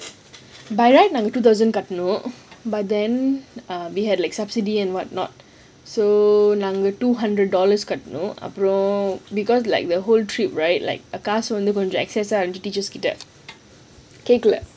by right நாங்க:naanga two thousand கட்டினோம்:kattinom but then err we had like subsidy and what not so நாங்க:naanga two hundred dollars கட்டினோம்:kattinom because like the whole trip right கேக்கல்ல:keakkalla